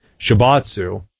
Shibatsu